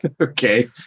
Okay